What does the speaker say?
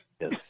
Yes